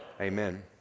Amen